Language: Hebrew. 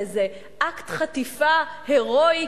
באיזה אקט חטיפה הירואי,